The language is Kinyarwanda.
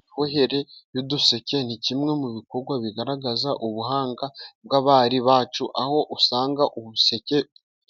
Imibohere, ni uduseke ni kimwe mu bikorwa bigaragaza ubuhanga, bw'abari bacu aho usanga umuseke